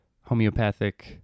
homeopathic